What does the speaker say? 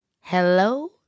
Hello